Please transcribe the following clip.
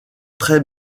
très